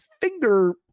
finger